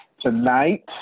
Tonight